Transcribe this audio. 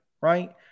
right